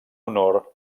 honor